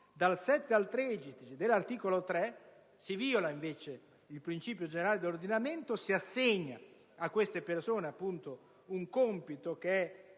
da 7 a 13 dell'articolo 3 si viola, invece, un principio generale dell'ordinamento, assegnando a queste persone un compito che è